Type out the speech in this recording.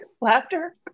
laughter